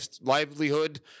livelihood